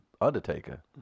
Undertaker